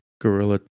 guerrilla